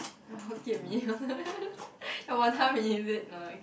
the Hokkien Mee your Wanton-Mee is it no